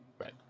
Right